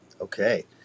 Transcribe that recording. Okay